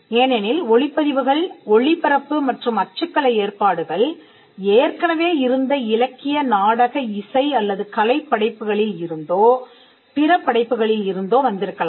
ஏனெனில் ஒலிப்பதிவுகள் ஒளிபரப்பு மற்றும் அச்சுக்கலை ஏற்பாடுகள் ஏற்கனவே இருந்த இலக்கிய நாடக இசை அல்லது கலைப் படைப்புகளில் இருந்தோ பிற படைப்புகளில் இருந்தோ வந்திருக்கலாம்